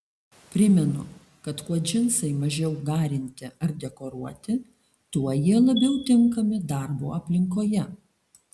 primenu kad kuo džinsai mažiau garinti ar dekoruoti tuo jie labiau tinkami darbo aplinkoje